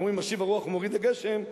אנחנו אומרים "משיב הרוח ומוריד הגשם",